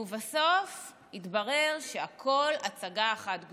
ובסוף התברר שהכול הצגה אחת גדולה.